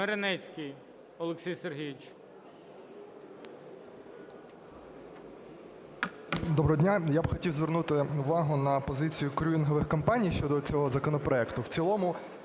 Доброго дня. Я б хотів звернути увагу на позицію крюїнгові компаній щодо цього законопроекту.